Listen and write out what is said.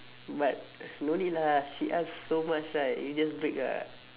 but no need lah she ask so much right you just break ah